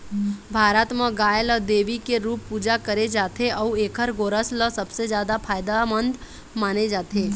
भारत म गाय ल देवी के रूप पूजा करे जाथे अउ एखर गोरस ल सबले जादा फायदामंद माने जाथे